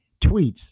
tweets